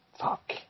fuck